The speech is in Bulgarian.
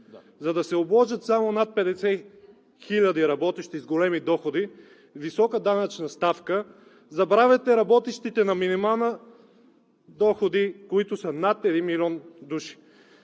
за да се обложат само над 50 хиляди работещи с големи доходи, с висока данъчна ставка. Забравяте работещите на минимални доходи, които са над 1 милион души.